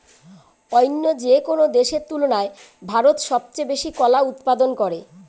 অইন্য যেকোনো দেশের তুলনায় ভারত সবচেয়ে বেশি কলা উৎপাদন করে